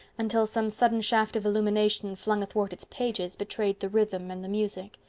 until some sudden shaft of illumination flung athwart its pages betrayed the rhythm and the music,